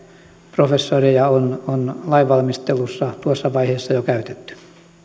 professoreja on on lainvalmistelussa jo tuossa vaiheessa käytetty